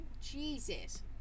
Jesus